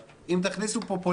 אתם תקבלו את ההחלטה הנכונה.